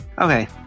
Okay